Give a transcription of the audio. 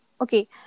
okay